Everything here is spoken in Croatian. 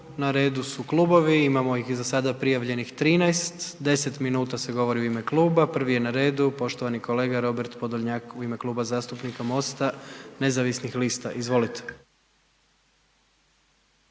Na redu su klubovi, imamo ih za sada prijavljenih 13, 10 minuta se govori u ime kluba. Prvi je na redu poštovani kolega Robert POdolnjak u ime Kluba zastupnika MOST-a nezavisnih lista. Izvolite.